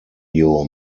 you’re